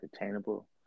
attainable